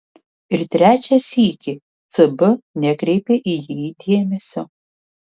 ir trečią sykį cb nekreipė į jį dėmesio